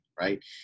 right